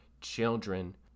children